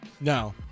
No